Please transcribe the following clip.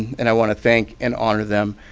and i want to thank and honor them.